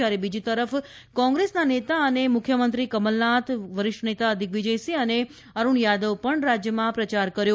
જ્યારે બીજી તરફ કોંગ્રેસના નેતા અને મુખ્યમંત્રી કમલનાથ વરિષ્ઠ નેતા દિગવિજયસિંહ અને અરૂણ યાદવ પણ રાજ્યમાં પ્રચાર કર્યો